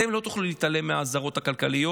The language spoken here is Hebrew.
אתם לא תוכלו להתעלם מהאזהרות הכלכליות.